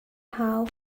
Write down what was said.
hau